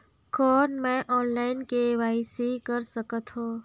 कौन मैं online KYC कर सकथव?